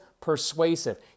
Persuasive